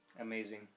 amazing